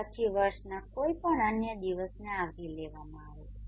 પછી વર્ષના કોઈપણ અન્ય દિવસને આવરી લેવામાં આવે છે